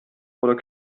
oder